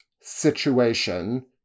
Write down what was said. situation